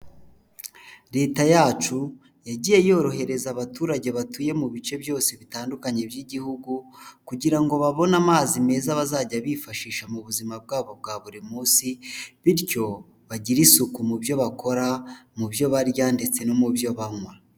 Leta yacu yagiye yorohereza abaturage batuye mu bice byose bitandukanye by'igihugu kugira ngo babone amazi meza bazajya bifashisha mu buzima bwabo bwa buri munsi, bityo bagire isuku mu byo bakora mu byo barya ndetse no mu byo banywa.